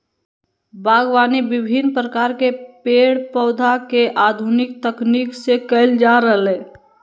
बागवानी विविन्न प्रकार के पेड़ पौधा के आधुनिक तकनीक से कैल जा रहलै